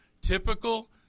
Typical